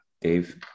Dave